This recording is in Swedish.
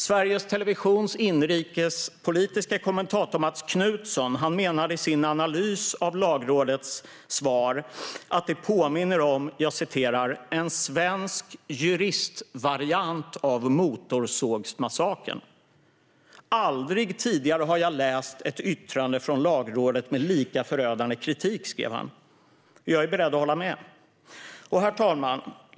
Sveriges Televisions inrikespolitiske kommentator Mats Knutson menade i sin analys av Lagrådets svar att det påminner om "en svensk juristvariant av motorsågsmassakern". Han fortsatte: "Aldrig tidigare har jag läst ett yttrande från lagrådet med lika förödande kritik". Jag är beredd att hålla med. Herr talman!